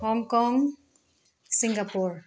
Hong Kong Singapore